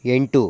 ಎಂಟು